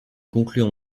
conclure